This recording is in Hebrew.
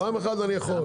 פעם אחת אני יכול.